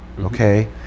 okay